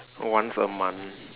once a month